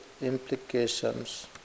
implications